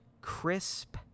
crisp